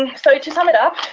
and so to sum it up,